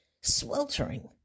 sweltering